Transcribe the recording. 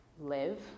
live